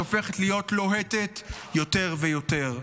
שהופכת להיות לוהטת יותר ויותר.